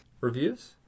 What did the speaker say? Reviews